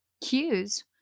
cues